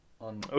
on